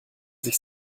sich